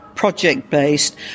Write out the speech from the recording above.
project-based